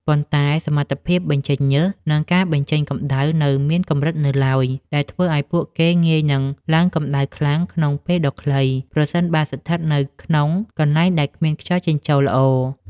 ប៉ុន្តែសមត្ថភាពបញ្ចេញញើស និងការបញ្ចេញកម្ដៅនៅមានកម្រិតនៅឡើយ ដែលធ្វើឱ្យពួកគេងាយនឹងឡើងកម្ដៅខ្លាំងក្នុងពេលដ៏ខ្លី ប្រសិនបើស្ថិតនៅក្នុងកន្លែងដែលគ្មានខ្យល់ចេញចូលល្អ។